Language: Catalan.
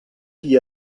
qui